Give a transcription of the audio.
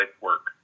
work